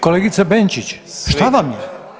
Kolegice Benčić, šta vam je?